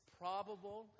probable